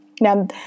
Now